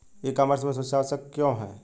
ई commerce में सुरक्षा आवश्यक क्यों है?